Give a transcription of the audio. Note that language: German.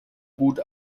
gut